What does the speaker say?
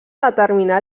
determinà